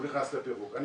חברת הכנסת פרומן, בבקשה.